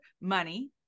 money